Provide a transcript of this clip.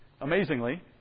amazingly